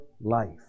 life